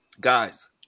Guys